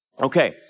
Okay